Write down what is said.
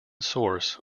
source